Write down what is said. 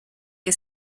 que